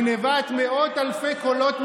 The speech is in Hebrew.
אבל אתם הקמתם ממשלת הונאה בגנבת מאות אלפי קולות מהימין,